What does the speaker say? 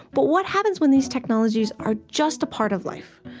but what happens when these technologies are just a part of life.